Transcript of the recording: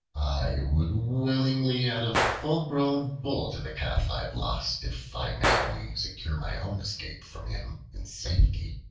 i would willingly add a full-grown bull to the calf i have lost, if i may only secure my own escape from him in safety.